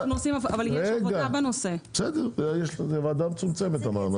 זו ועדה מצומצמת.